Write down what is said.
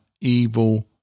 evil